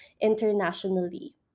internationally